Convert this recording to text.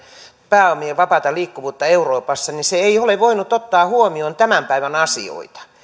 pääomien vapaata liikkuvuutta euroopassa niin se ei ole voinut ottaa huomioon tämän päivän asioita